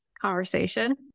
conversation